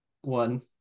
one